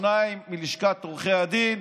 שניים מלשכת עורכי הדין,